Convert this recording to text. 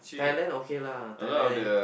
Thailand okay lah Thailand